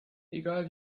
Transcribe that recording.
egal